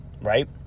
Right